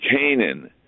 Canaan